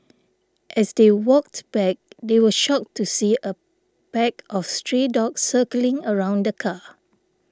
as they walked back they were shocked to see a pack of stray dogs circling around the car